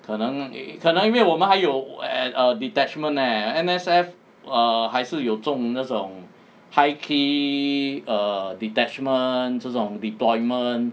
可能可能因为我们还有 at err detachment eh N_S_F err 还是有中那种 high key err detachment 这种 deployment